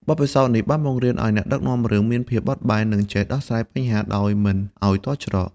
បទពិសោធន៍នេះបានបង្រៀនអ្នកដឹកនាំរឿងមានភាពបត់បែន និងចេះដោះស្រាយបញ្ហាដោយមិនឲ្យទាល់ច្រក។